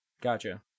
gotcha